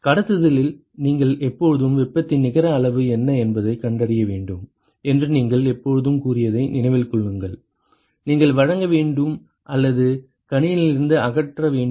கடத்துதலில் நீங்கள் எப்போதும் வெப்பத்தின் நிகர அளவு என்ன என்பதைக் கண்டறிய வேண்டும் என்று நீங்கள் எப்போதும் கூறியதை நினைவில் கொள்ளுங்கள் நீங்கள் வழங்க வேண்டும் அல்லது கணினியிலிருந்து அகற்ற வேண்டும்